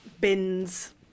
bins